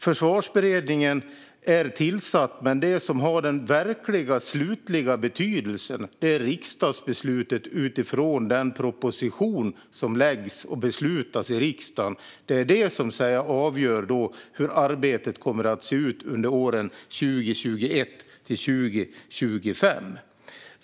Försvarsberedningen är tillsatt, men det som har den verkliga och slutliga betydelsen är riksdagsbeslutet utifrån den proposition som läggs fram och beslutas i riksdagen. Det är det som avgör hur arbetet kommer att se ut under åren 2021-2025.